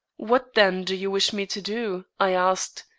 what, then, do you wish me to do? i asked,